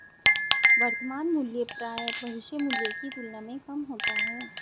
वर्तमान मूल्य प्रायः भविष्य मूल्य की तुलना में कम होता है